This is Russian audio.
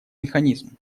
механизм